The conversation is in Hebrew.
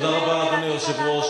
אדוני היושב-ראש,